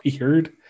weird